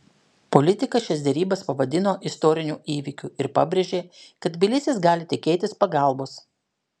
politikas šias derybas pavadino istoriniu įvykiu ir pabrėžė kad tbilisis gali tikėtis pagalbos